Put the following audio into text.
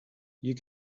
you